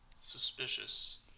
suspicious